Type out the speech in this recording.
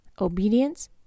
Obedience